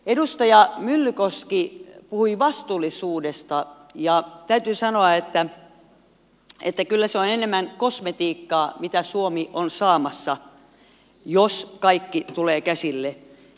edustaja myllykoski puhui vastuullisuudesta ja täytyy sanoa että kyllä se on enemmän kosmetiikkaa mitä suomi on saamassa jos kaikki tulee käsille